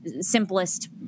simplest